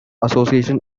association